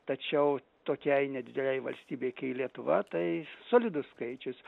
tačiau tokiai nedidelei valstybei kai lietuva tai solidus skaičius